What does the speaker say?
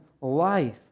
life